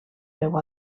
veu